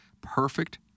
perfect